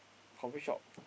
coffee shop